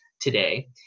today